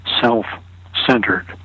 self-centered